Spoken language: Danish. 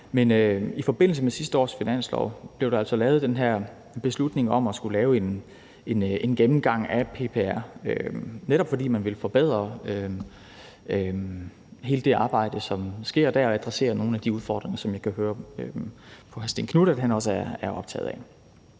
Men i forbindelse med sidste års finanslov blev der altså taget den her beslutning om at lave en gennemgang af PPR, netop fordi man ville forbedre hele det arbejde, som sker der, og adressere nogle af de udfordringer, som jeg kan høre på hr. Stén Knuth at han også er optaget af.